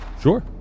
sure